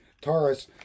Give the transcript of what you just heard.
Taurus